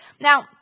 Now